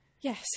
Yes